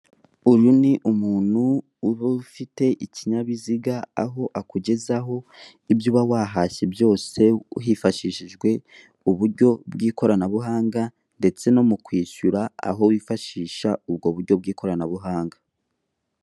Uyu ni umuntu uba ufite ikinyabiziga, aho akugezaho ibyo uba wahashye byose, hifashishijwe uburyo ikoranabuhanga, ndetse no mu kwishyura aho wifashisha ubwo buryo bw'ikoranabuhanga.